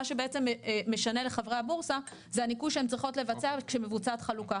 מה שבעצם משנה לחברי הבורסה זה הניכוי שהן צריכות לבצע כשמבוצעת חלוקה.